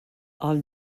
als